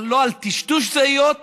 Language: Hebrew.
לא על טשטוש זהויות,